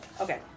Okay